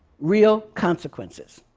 real consequences.